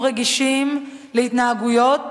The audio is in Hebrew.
הסתכלו סביבכם, היו רגישים להתנהגויות